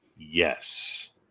yes